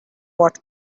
what